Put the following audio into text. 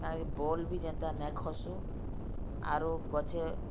କାହିଁକି ବୋଲ୍ ବି ଯେନ୍ତା ନେ ଖସୁ ଆରୁ ଗଛେ